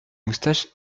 moustaches